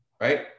right